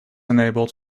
enabled